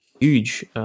huge